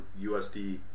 USD